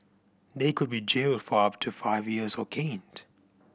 they could be jailed for up to five years or caned